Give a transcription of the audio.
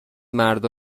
مردا